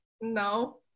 no